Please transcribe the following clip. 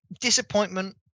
disappointment